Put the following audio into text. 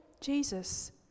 Jesus